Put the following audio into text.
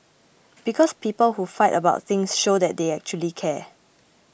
because people who fight about things show that they actually care